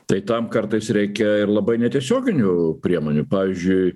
tai tam kartais reikia ir labai netiesioginių priemonių pavyzdžiui